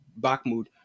Bakhmut